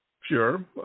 Sure